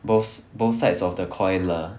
bot~ both sides of the coin lah